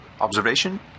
observation